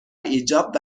ایجاب